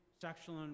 sexual